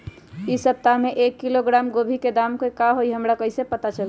इ सप्ताह में एक किलोग्राम गोभी के दाम का हई हमरा कईसे पता चली?